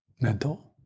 mental